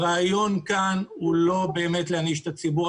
הרעיון כאן אינו להעניש את הציבור.